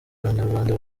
abanyarwanda